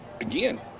again